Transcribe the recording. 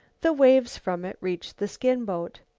the waves from it reached the skin-boat.